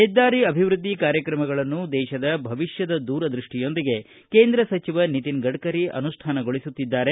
ಹೆದ್ದಾರಿ ಅಭಿವೃದ್ಧಿ ಕಾರ್ಯಕ್ರಮಗಳನ್ನು ದೇಶದ ಭವಿಷ್ಯದ ದೂರದೃಷ್ಟಿಯೊಂದಿಗೆ ಕೇಂದ್ರ ಸಚಿವ ಗಡ್ಕರಿ ಅನುಷ್ಯಾನಗೊಳಿಸುತ್ತಿದ್ದಾರೆ